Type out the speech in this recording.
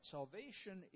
Salvation